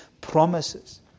promises